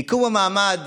מיקום המעמד